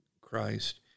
Christ